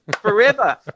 Forever